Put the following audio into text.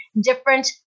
different